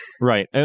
right